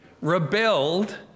rebelled